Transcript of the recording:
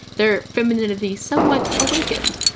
their femininity somewhat awakened,